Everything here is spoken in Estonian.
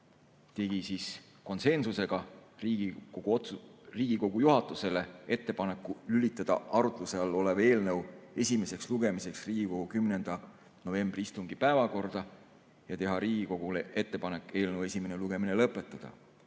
oktoobri istungil Riigikogu juhatusele ettepaneku lülitada arutluse all olev eelnõu esimeseks lugemiseks Riigikogu 10. novembri istungi päevakorda ja teha Riigikogule ettepanek eelnõu esimene lugemine lõpetada.